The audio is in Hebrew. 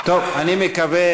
אני מקווה,